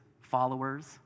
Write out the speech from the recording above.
followers